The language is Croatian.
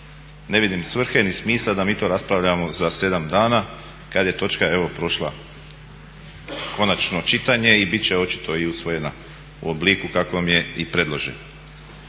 Ne vidim svrhe ni smisla da mi to raspravljamo za 7 dana kad je točka evo prošla konačno čitanje i bit će očito i usvojena u obliku kakvom je i predložena.